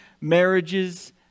Marriages